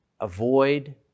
avoid